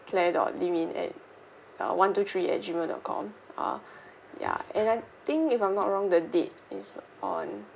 claire dot li min at uh one two three at gmail dot com ah ya and I think if I'm not wrong the date is on